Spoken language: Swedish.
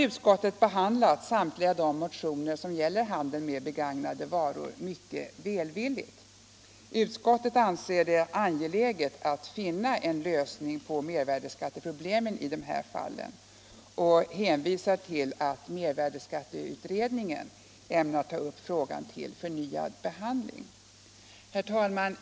Utskottet har behandlat samtliga de motioner som gäller handeln med begagnade varor mycket välvilligt. Utskottet anser det angeläget att finna en lösning på mervärdeskatteproblemen i dessa fall och hänvisar till att mervärdeskatteutredningen ämnar ta upp frågan till förnyad behandling. Herr talman!